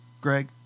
Greg